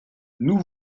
nous